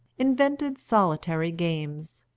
invented solitary games,